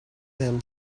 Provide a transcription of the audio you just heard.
them